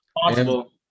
possible